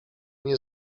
nie